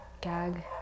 gag